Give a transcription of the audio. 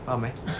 faham eh